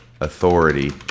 authority